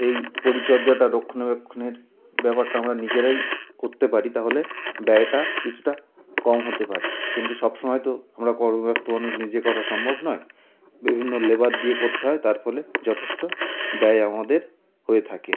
এই পরিচর্যাটা রক্ষণাবেক্ষণের ব্যাপারটা আমরা নিজেরাই করতে পারি তাহলে ব্যয়টা কিছুটা কম হতে পারে কিন্তু সবসময় তো আমরা কর্মব্যস্ত মানুষ নিজে করা সম্ভব নয় বিভিন্ন লেবার দিয়ে করতে হয় তার ফলে যথেষ্ট ব্যয় আমাদের হয়ে থাকে